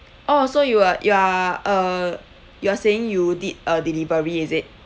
oh so you are you are uh you are saying you did a delivery is it